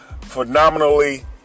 phenomenally